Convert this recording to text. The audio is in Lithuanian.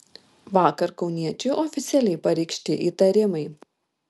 vakar kauniečiui oficialiai pareikšti įtarimai